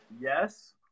Yes